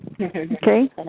Okay